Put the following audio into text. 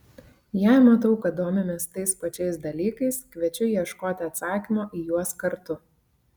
jei matau kad domimės tais pačiais dalykais kviečiu ieškoti atsakymo į juos kartu